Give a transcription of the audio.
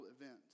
event